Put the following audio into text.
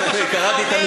זה מה שהמתווה אומר?